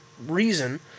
reason